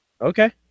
Okay